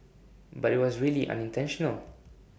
but IT was really unintentional